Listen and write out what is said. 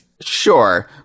Sure